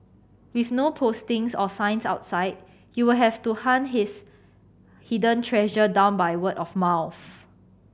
with no postings or signs outside you will have to hunt this hidden treasure down by word of mouth